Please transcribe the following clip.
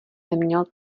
neměl